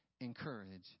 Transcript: encourage